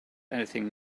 anything